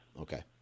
Okay